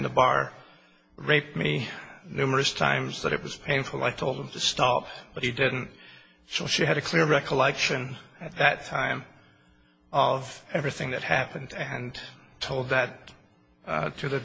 the bar raped me numerous times that it was painful i told him to stop but he didn't so she had a clear recollection at that time of everything that happened and told that to th